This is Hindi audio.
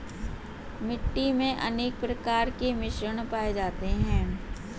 मिट्टी मे अनेक प्रकार के मिश्रण पाये जाते है